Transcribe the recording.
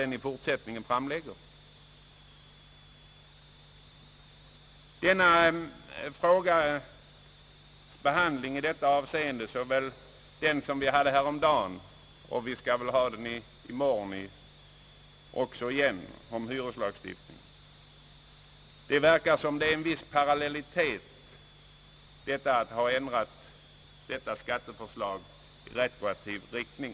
Det verkar, som om det vore en viss parallellitet mellan behandlingen av denna fråga och behandlingen av den fråga, som diskuterades häromdagen och som vi skall diskutera i morgon igen, nämligen om hyreslagstiftningen, eftersom det här är fråga om att ändra det föreliggande skatteförslaget i retroaktiv riktning.